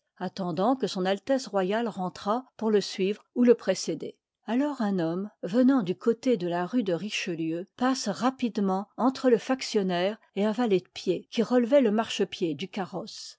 attendant que son altesse royale rentrât pour le suivre ou le précéder alors un homme venant du côté de la rue de richelieu passe rapidement entre le factionnaire et un valet de pied qui relevoit le marche-pied du carrosse